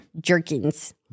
Jerkins